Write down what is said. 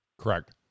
Correct